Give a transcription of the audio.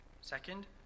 Second